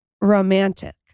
romantic